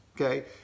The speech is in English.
okay